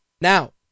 Now